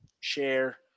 share